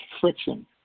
friction